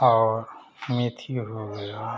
और मेथी हो गया